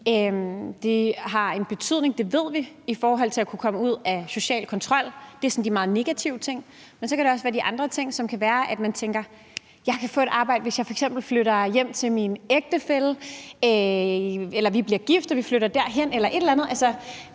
Det har en betydning – det ved vi – i forhold til at kunne komme ud af social kontrol. Social kontrol er en af de sådan meget negative ting. Men så kan der også være de andre ting, som kan være, at man tænker: Jeg kan få et arbejde, hvis jeg f.eks. flytter hjem til min ægtefælle eller vi bliver gift og flytter et eller andet